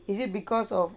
is it because of